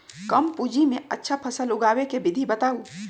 कम पूंजी में अच्छा फसल उगाबे के विधि बताउ?